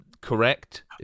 correct